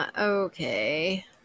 okay